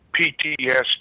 PTSD